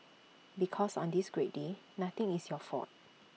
because on this great day nothing is your fault